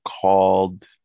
called